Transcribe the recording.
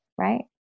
right